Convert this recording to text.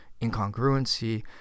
incongruency